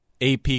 AP